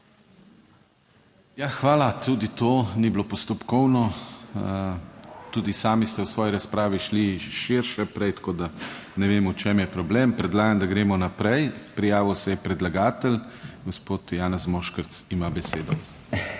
hvala. Tudi to ni bilo postopkovno, tudi sami ste v svoji razpravi šli širše prej, tako da ne vem v čem je problem. Predlagam, da gremo naprej. Prijavil se je predlagatelj, gospod Janez Mojškerc, ima besedo.